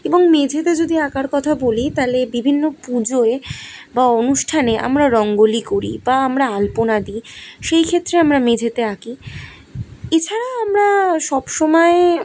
এবং মেঝেতে যদি আঁকার কথা বলি তালে বিভিন্ন পুজোয় বা অনুষ্ঠানে আমরা রঙ্গোলি করি বা আমরা আলপনা দিই সেই ক্ষেত্রে আমরা মেঝেতে আঁকি এছাড়া আমরা সব সময়